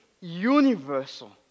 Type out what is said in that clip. universal